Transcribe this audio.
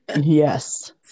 Yes